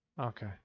Okay